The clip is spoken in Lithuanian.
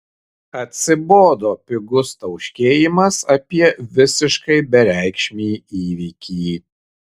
atsibodo pigus tauškėjimas apie visiškai bereikšmį įvykį